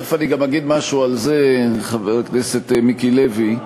תכף אני גם אגיד משהו על זה, חבר הכנסת מיקי לוי,